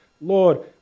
Lord